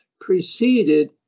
preceded